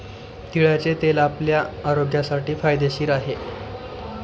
तिळाचे तेल आपल्या आरोग्यासाठी फायदेशीर आहे